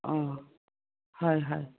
অঁ হয় হয়